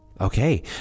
Okay